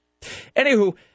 Anywho